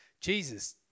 Jesus